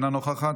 אינה נוכחת,